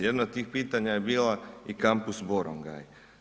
Jedna od tih pitanja je bila i kampus Borongaj.